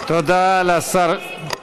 התשובה שלך מאשרת,